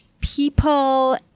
people